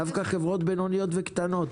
דווקא חברות בינוניות וקטנות,